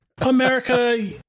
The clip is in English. America